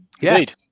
Indeed